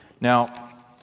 Now